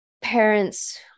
parents